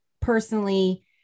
Personally